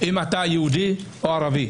לא מבחינה אם אתה יהודי או ערבי.